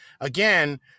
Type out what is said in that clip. again